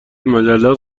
مجلات